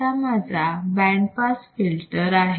असा माझा band pass filter आहे